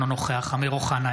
אינו נוכח אמיר אוחנה,